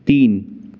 तीन